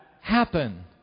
happen